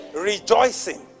Rejoicing